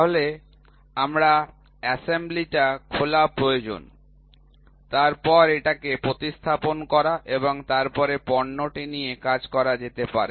তাহলে আমার অ্যাসেম্বলি টা খোলা প্রয়োজন তারপর এটাকে প্রতিস্থাপন করা এবং তারপরে পণ্যটি নিয়ে কাজ করা যেতে পারে